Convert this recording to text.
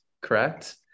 correct